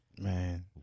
Man